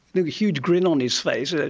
with a huge grin on his face.